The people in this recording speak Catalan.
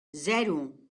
zero